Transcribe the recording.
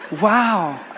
Wow